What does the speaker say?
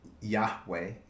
Yahweh